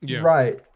Right